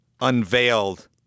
unveiled